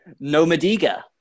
*Nomadiga*